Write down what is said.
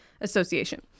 association